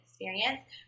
experience